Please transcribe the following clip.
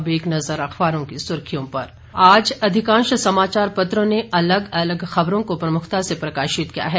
अब एक नजर अखबारों की सुर्खियों पर आज अधिकांश समाचार पत्रों ने अलग अलग खबरों को प्रमुखता से प्रकाशित किया है